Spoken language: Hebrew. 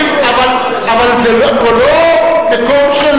לא מקום של